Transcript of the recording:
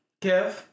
Kev